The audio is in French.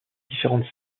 différentes